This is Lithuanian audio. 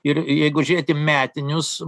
ir jeigu žėti metinius